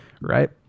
right